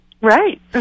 Right